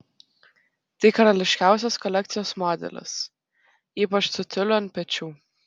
tai karališkiausias kolekcijos modelis ypač su tiuliu ant pečių